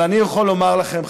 אבל אני יכול לומר לכם,